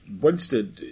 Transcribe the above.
Winston